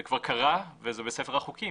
זה כבר קרה, וזה בספר החוקים.